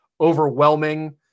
overwhelming